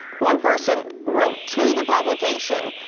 one person wrote to the publication,